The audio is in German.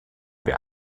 wir